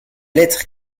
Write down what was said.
lettre